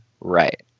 right